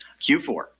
q4